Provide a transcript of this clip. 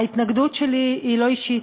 ההתנגדות שלי היא לא אישית.